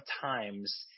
times